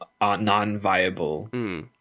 non-viable